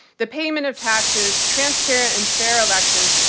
the payment of taxes, transparent and fair elections,